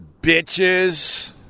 bitches